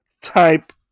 type